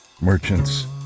merchants